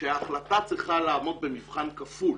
שההחלטה צריכה לעמוד במבחן כפול,